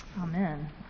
Amen